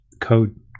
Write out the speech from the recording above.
code